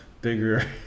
bigger